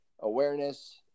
awareness